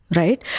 right